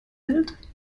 hält